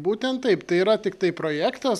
būtent taip tai yra tiktai projektas